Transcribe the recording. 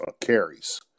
carries